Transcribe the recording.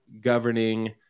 governing